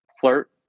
flirt